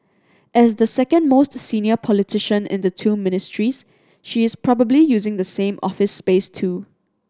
as the second most senior politician in the two Ministries she is probably using the same office space too